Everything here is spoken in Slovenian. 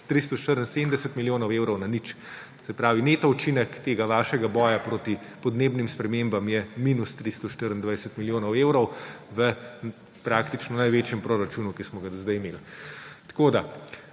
374 milijonov evrov na nič, se pravi neto učinek tega vašega boja proti podnebnim spremembam je minus 324 milijonov evrov v praktično največjem proračunu, ki smo ga do zdaj imeli. Tako da